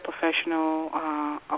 professional